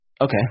Okay